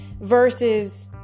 Versus